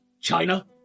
China